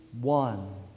one